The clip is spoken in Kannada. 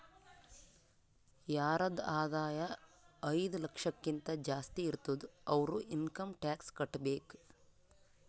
ಯಾರದ್ ಆದಾಯ ಐಯ್ದ ಲಕ್ಷಕಿಂತಾ ಜಾಸ್ತಿ ಇರ್ತುದ್ ಅವ್ರು ಇನ್ಕಮ್ ಟ್ಯಾಕ್ಸ್ ಕಟ್ಟಬೇಕ್